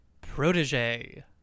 protege